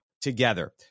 together